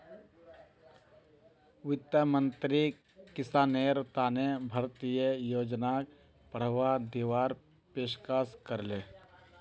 वित्त मंत्रीक किसानेर तने भारतीय योजनाक बढ़ावा दीवार पेशकस करले